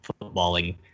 footballing